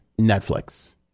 netflix